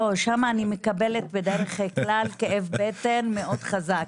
שם אני מקבלת בדרך כלל כאב בטן מאוד חזק,